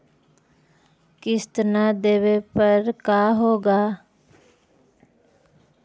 किस्त न देबे पर का होगा?